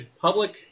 public